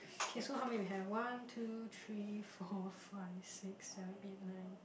okay so how many we have one two three four five six seven eight nine